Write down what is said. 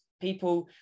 people